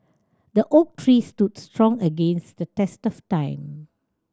the oak tree stood strong against the test of time